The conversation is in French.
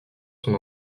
son